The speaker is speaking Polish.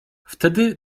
wtedy